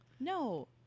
No